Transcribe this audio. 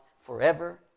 forever